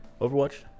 Overwatch